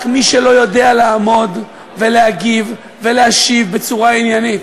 רק מי שלא יודע לעמוד ולהגיב ולהשיב בצורה עניינית.